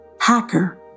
Hacker